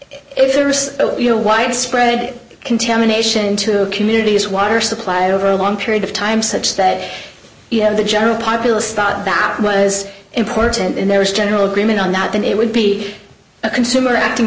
if there's you know widespread contamination into the communities water supply over a long period of time such that you have the general populace thought that was important and there was general agreement on that and it would be a consumer acting